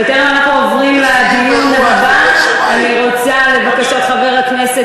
בטרם אנחנו עוברים לדיון הבא אני רוצה לבקשת חבר הכנסת